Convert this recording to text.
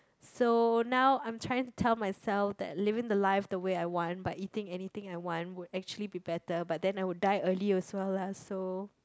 so now I'm trying to tell myself that living the life the way I want but eating anything I want would actually be better but then I would die early also lah so